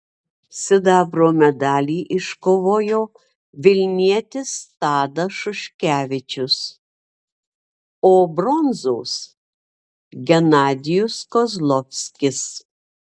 sidabro medalį iškovojo vilnietis tadas šuškevičius o bronzos genadijus kozlovskis